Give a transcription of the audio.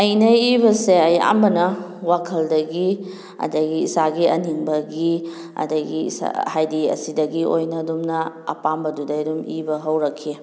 ꯑꯩꯅ ꯏꯕꯁꯦ ꯑꯌꯥꯝꯕꯅ ꯋꯥꯈꯜꯗꯒꯤ ꯑꯗꯒꯤ ꯏꯁꯥꯒꯤ ꯑꯅꯤꯡꯕꯒꯤ ꯑꯗꯒꯤ ꯍꯥꯏꯗꯤ ꯑꯁꯤꯗꯒꯤ ꯑꯣꯏꯅ ꯑꯗꯨꯝꯅ ꯑꯄꯥꯝꯕꯗꯨꯗꯩ ꯑꯗꯨꯝ ꯏꯕ ꯍꯧꯔꯛꯈꯤ